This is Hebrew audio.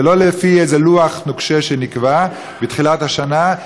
ולא לפי איזה לוח נוקשה שנקבע בתחילת השנה.